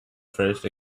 first